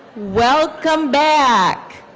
welcome back.